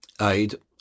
aid